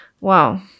wow